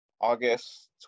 August